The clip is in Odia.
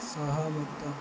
ସହମତ